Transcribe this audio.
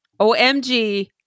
Omg